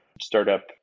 startup